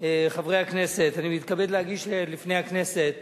חברי הכנסת, אני מתכבד להגיש לפני הכנסת